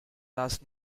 last